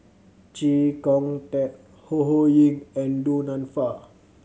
Chee Kong Tet Ho Ho Ying and Du Nanfa